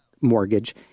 mortgage